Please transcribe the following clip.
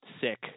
sick